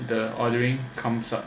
the ordering comes up